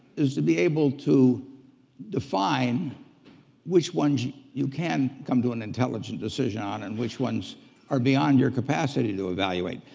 is to be able to define which one's you can come to an intelligent decision on and which ones are beyond your capacity to evaluate.